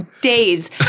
days